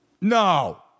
No